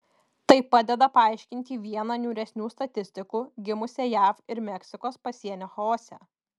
tai padeda paaiškinti vieną niūresnių statistikų gimusią jav ir meksikos pasienio chaose